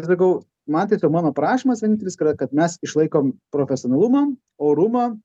sakau man tiesiog mano prašymas vienintelis yra kad mes išlaikom profesionalumą orumą